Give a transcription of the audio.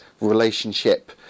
relationship